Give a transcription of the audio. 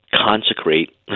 Consecrate